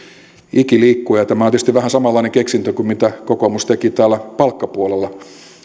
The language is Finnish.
ikiliikkuja tämä on tietysti vähän samanlainen keksintö kuin mitä kokoomus teki täällä palkkapuolella